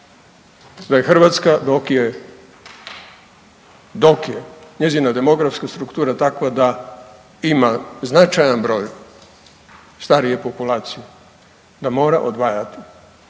da je Hrvatska, dok je, dok je njezina demografska struktura takva da ima značajan broj starije populacije, da mora odvajati